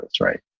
right